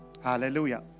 Hallelujah